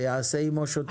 שיעשה עימו שותפות,